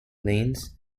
lanes